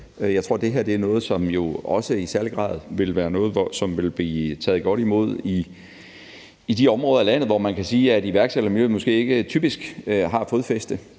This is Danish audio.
ordfører sagde, noget, som jo også i særlig grad vil blive taget godt imod i de områder af landet, hvor man kan sige at iværksættermiljøet måske ikke typisk har fodfæste.